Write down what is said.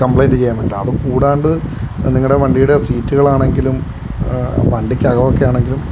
complaint ഉണ്ട് ചെയ്യാൻ വേണ്ടിയിട്ടാണ് അതും കൂടാണ്ട് നിങ്ങളുടെ വണ്ടിയുടെ സീറ്റുകളാണെങ്കിലും വണ്ടിക്ക് അകമൊക്കെ ആണെങ്കിലും